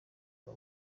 kwa